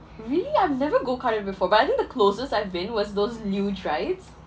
really I've never go kart here before but I think the closest I've been was those luge rides